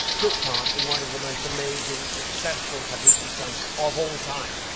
took part in one of the most amazing, successful publicity stunts of all time.